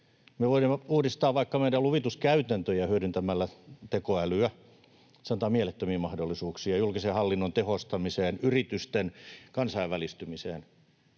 Me voidaan uudistaa vaikka meidän luvituskäytäntöjämme hyödyntämällä tekoälyä. Se antaa mielettömiä mahdollisuuksia julkisen hallinnon tehostamiseen, yritysten kansainvälistymiseen.